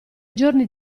giorni